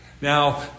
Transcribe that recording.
Now